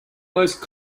most